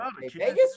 Vegas